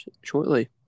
shortly